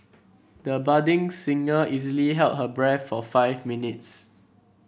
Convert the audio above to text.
the budding singer easily held her breath for five minutes